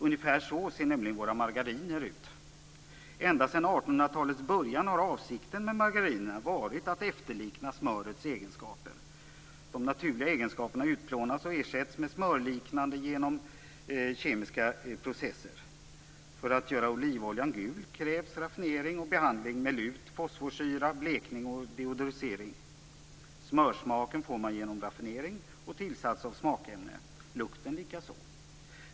Ungefär så ser nämligen våra margariner ut. Ända sedan 1800-talets början har avsikten med margarinerna varit att efterlikna smörets egenskaper. De naturliga egenskaperna utplånas och ersätts med smörliknande egenskaper genom kemiska processer. För att göra olivoljan gul krävs raffinering och behandling med lut, fosforsyra, blekning och deoderisering. Smörsmaken får man genom raffinering och tillsats av smakämne, lukten likaså.